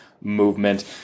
movement